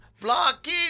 Blocky